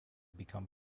become